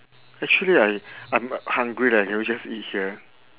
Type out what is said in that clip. actually I I'm hungry leh can we just eat here